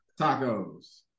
Tacos